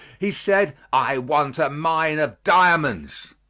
he said i want a mine of diamonds!